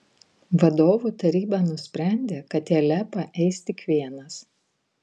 vadovų taryba nusprendė kad į alepą eis tik vienas